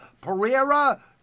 Pereira